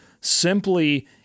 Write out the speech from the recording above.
simply